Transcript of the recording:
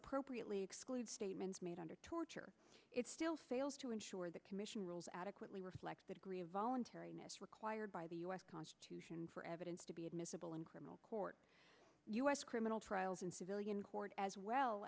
appropriately excludes statements made under torture it still fails to ensure the commission rules adequately reflects the degree of voluntariness required by the us constitution for evidence to be admissible in criminal court u s criminal trials in civilian court as well